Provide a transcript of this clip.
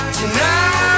tonight